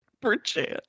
Perchance